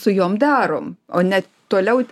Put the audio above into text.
su jom darom o ne toliau